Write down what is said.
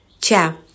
Ciao